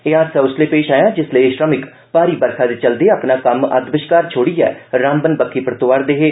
एह हादसा उसलै पेष आया जिसलै एह श्रमिक भारी बरखा दे चलदे अपना कम्म अध बष्कार छोड़ियै रामबन बक्खी परतोआ रदे हे